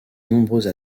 nombreuses